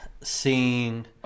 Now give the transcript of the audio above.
seeing